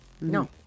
no